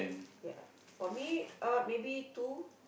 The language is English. ya for me uh maybe two